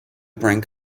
brink